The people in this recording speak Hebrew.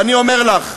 ואני אומר לך,